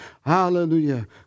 Hallelujah